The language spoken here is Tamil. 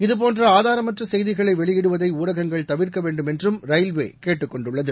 இதபோன்ற ஆதாரமற்ற செய்திகளை வெளியிடுவதை ஊடகங்கள் தவிர்க்க வேண்டும் என்றும் ரயில்வே கேட்டுக்கொண்டுள்ளது